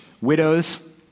widows